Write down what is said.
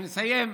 אני מסיים,